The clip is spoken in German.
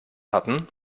hatten